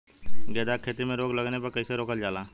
गेंदा की खेती में रोग लगने पर कैसे रोकल जाला?